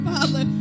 Father